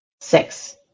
six